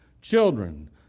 Children